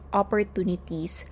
opportunities